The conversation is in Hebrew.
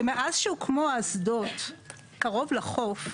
שמאז שהוקמו האסדות קרוב לחוף,